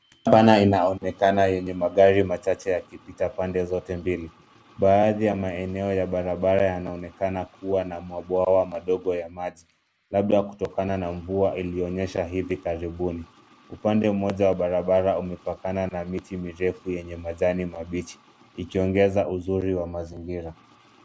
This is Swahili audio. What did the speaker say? Barabara inaonekana yenye magari machache yakipita pande zote mbili. Baadhi ya maeneo ya barabara yanaonekana kuwa na mabwawa madogo ya maji labda kutokana na mvua ilionyesha hivi karibuni. Upande mmoja wa barabara umepakana na miti mirefu yenye majani mabichi ikiongeza uzuri wa mazingira.